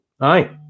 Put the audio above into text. aye